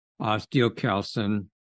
osteocalcin